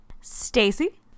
Stacy